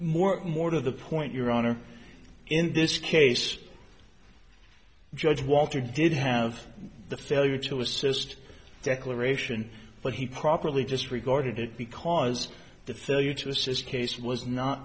more more to the point your honor in this case judge walter did have the failure to assist declaration but he properly just regarded it because the failure to assist case was not